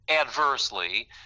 adversely